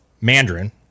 Mandarin